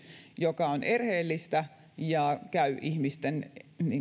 joka on erheellistä ja käy ihmisten